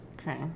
Okay